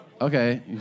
Okay